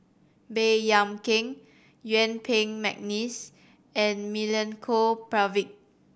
Baey Yam Keng Yuen Peng McNeice and Milenko Prvacki